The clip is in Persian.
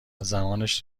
زمانش